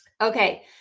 Okay